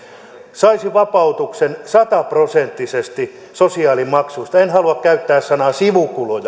saisi vapautuksen sata prosenttisesti sosiaalimaksuista en halua käyttää sanaa sivukulut